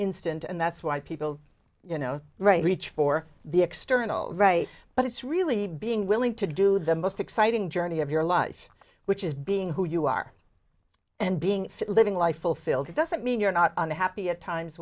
instant and that's why people you know right reach for the external right but it's really being willing to do the most exciting journey of your life which is being who you are and being living life fulfilled doesn't mean you're not on the happy at times